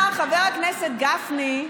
אמר חבר הכנסת גפני: